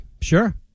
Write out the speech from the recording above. sure